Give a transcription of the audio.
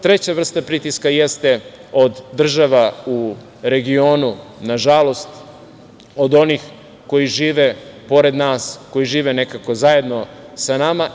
Treća vrsta pritiska jeste od država u regionu, nažalost, od onih koji žive pored nas, koji žive nekako zajedno sa nama.